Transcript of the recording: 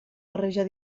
barrejar